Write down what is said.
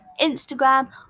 Instagram